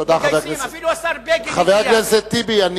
תודה, חבר הכנסת טיבי.